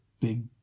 big